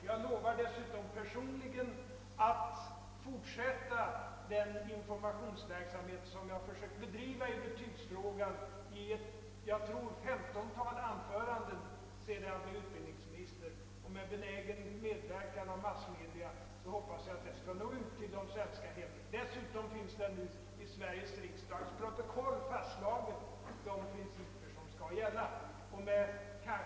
Jag lovar också att personligen fortsätta den informationsverksamhet i betygsfrågan som jag försökt bedriva i ca 15 anföranden sedan jag blev utbildningsminister.